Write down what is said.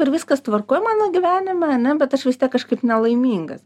ir viskas tvarkoj mano gyvenime ane bet aš vis tiek kažkaip nelaiminga